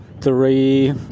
Three